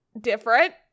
different